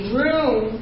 room